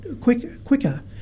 quicker